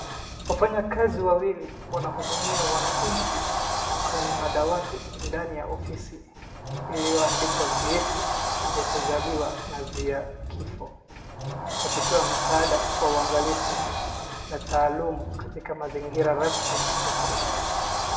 Wafanyakazi wawili wanahudumia wananchi kwenye madawati ndani ya ofisi iliyoandikwa vyeti vya kuzaliwa na vya kifo. Wakitoa msaada kwa uangalifu na taalumu katika mazingira rasmi ya serikali.